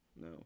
no